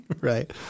Right